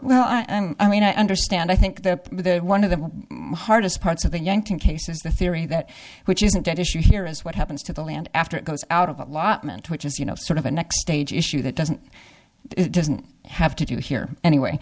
well i'm i mean i understand i think that the one of the hardest parts of the yankton case is the theory that which isn't an issue here is what happens to the land after it goes out of allotment which is you know sort of a next stage issue that doesn't it doesn't have to be here anyway